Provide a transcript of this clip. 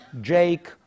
Jake